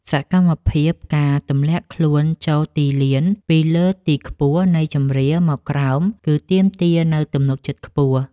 សកម្មភាព ការទម្លាក់ខ្លួនចូលទីលានពីលើទីខ្ពស់នៃជម្រាលមកក្រោម គឺទាមទារនូវទំនុកចិត្តខ្ពស់។